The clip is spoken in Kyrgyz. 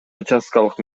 участкалык